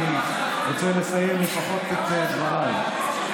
אני רוצה לסיים לפחות לקרוא את דבריי.